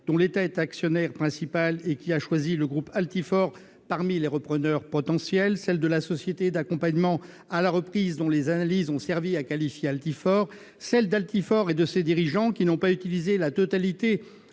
dont l'État est le principal actionnaire et qui a choisi le groupe Altifort parmi les repreneurs potentiels ; celle de la société d'accompagnement à la reprise, dont les analyses ont servi à qualifier Altifort ; celle d'Altifort et de ses dirigeants, qui n'ont pas utilisé la totalité